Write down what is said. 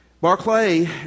Barclay